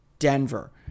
Denver